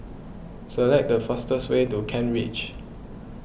select the fastest way to Kent Ridge